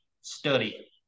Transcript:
study